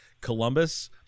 Columbus